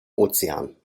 ozean